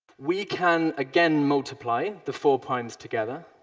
we can again multiply the four primes together,